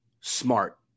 Smart